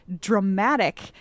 dramatic